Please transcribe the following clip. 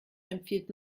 empfiehlt